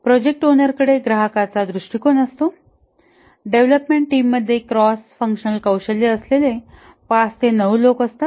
project ओनरकडे ग्राहकांचा दृष्टीकोन असतो डेव्हलपमेंट टीम मध्ये क्रॉस फंक्शनल कौशल्य असलेले पाच ते नऊ लोक असतात